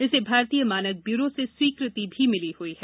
इसे भारतीय मानक ब्यूरो से स्वीकृति भी मिली हुई है